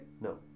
No